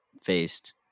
faced